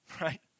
right